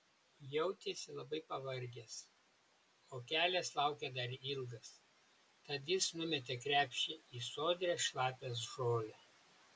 jautėsi labai pavargęs o kelias laukė dar ilgas tad jis numetė krepšį į sodrią šlapią žolę